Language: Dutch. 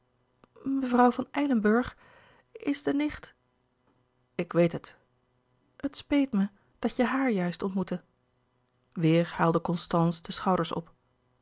mevrouw van eilenburgh is de nicht ik weet het het speet me dat je haar juist ontmoette weêr haalde constance de schouders op